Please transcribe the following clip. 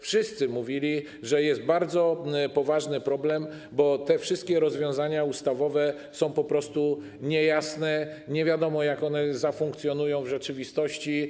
Wszyscy mówili, że jest bardzo poważny problem, bo te wszystkie rozwiązania ustawowe są niejasne, nie wiadomo, jak one zafunkcjonują w rzeczywistości.